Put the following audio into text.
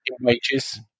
wages